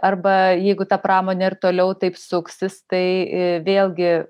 arba jeigu ta pramonė ir toliau taip suksis tai vėlgi